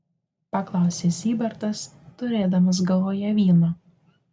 paklausė zybartas turėdamas galvoje vyną